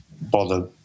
bother